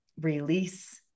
release